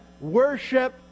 worship